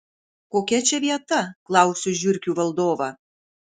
kokia čia vieta klausiu žiurkių valdovą